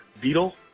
Beetle